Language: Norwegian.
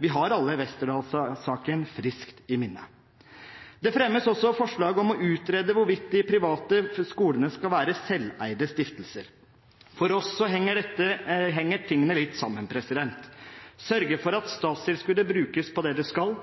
Vi har alle Westerdals-saken friskt i minne. Det fremmes også forslag om å utrede hvorvidt de private skolene skal være selveide stiftelser. For oss henger tingene litt sammen, det å sørge for at statstilskuddet brukes på det det skal,